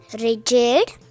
rigid